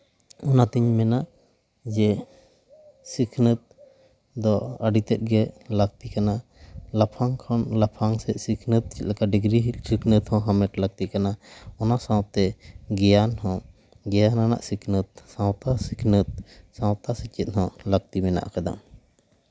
ᱚᱱᱟᱛᱮᱧ ᱢᱮᱱᱟ ᱡᱮ ᱥᱤᱠᱷᱱᱟᱹᱛ ᱫᱚ ᱟᱹᱰᱤ ᱛᱮᱫ ᱜᱮ ᱞᱟᱹᱠᱛᱤ ᱠᱟᱱᱟ ᱞᱟᱯᱷᱟᱝ ᱠᱷᱚᱱ ᱞᱟᱯᱷᱟᱝ ᱥᱮᱡ ᱥᱤᱠᱷᱱᱟᱹᱛ ᱪᱮᱫ ᱞᱮᱠᱟ ᱰᱤᱜᱽᱨᱤ ᱥᱤᱠᱷᱱᱟᱹᱛ ᱦᱚᱸ ᱦᱟᱢᱮᱴ ᱞᱟᱹᱠᱛᱤᱜ ᱠᱟᱱᱟ ᱚᱱᱟ ᱥᱟᱶᱛᱮ ᱜᱮᱭᱟᱱ ᱦᱚᱸ ᱜᱮᱭᱟᱱ ᱟᱱᱟᱜ ᱥᱤᱠᱷᱱᱟᱹᱛ ᱥᱟᱶᱛᱟ ᱥᱤᱠᱷᱱᱟᱹᱛ ᱥᱟᱶᱛᱟ ᱥᱮᱪᱮᱫ ᱦᱚᱸ ᱞᱟᱹᱠᱛᱤ ᱢᱮᱱᱟᱜ ᱠᱟᱫᱟ